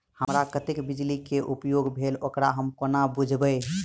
हमरा कत्तेक बिजली कऽ उपयोग भेल ओकर हम कोना बुझबै?